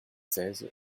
seize